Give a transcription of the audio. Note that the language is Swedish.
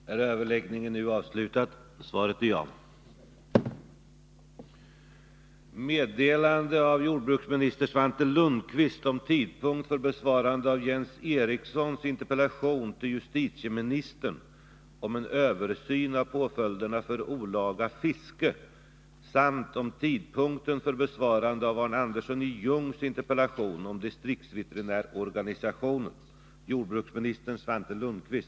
Herr talman! Jag ber att få meddela att jag på grund av sjukdom och stor arbetsbelastning inte har tillfälle att svara på dessa båda interpellationer inom föreskriven tid. Jag har med bägge interpellanterna gjort upp om tidpunkt för när svaret kommer att avlämnas.